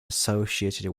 associated